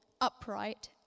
upright